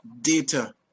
data